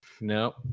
no